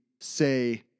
say